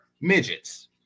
midgets